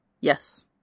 Yes